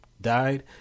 died